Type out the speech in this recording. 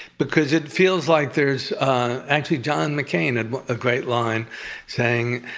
because it feels like there's actually john mccain had a great line saying,